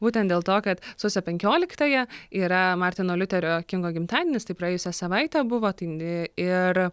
būtent dėl to kad sausio penkioliktąją yra martyno liuterio kingo gimtadienis tai praėjusią savaitę buvo tai ir